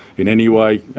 in any way,